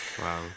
wow